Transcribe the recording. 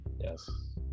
yes